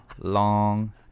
long